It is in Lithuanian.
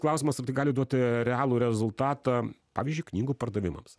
klausimas ar tai gali duoti realų rezultatą pavyzdžiui knygų pardavimams